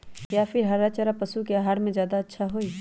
या फिर हरा चारा पशु के आहार में ज्यादा अच्छा होई?